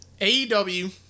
AEW